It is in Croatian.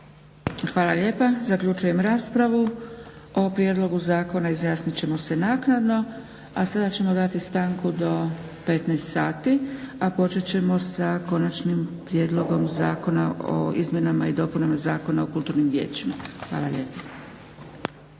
Hvala lijepa. Zaključujem raspravu. O prijedlogu zakona izjasnit ćemo se naknadno. A sada ćemo dati stanku do 15 sati, a počet ćemo sa Konačnim prijedlogom zakona o izmjenama i dopunama Zakona o kulturnim vijećima. Hvala lijepo.